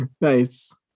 Nice